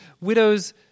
widow's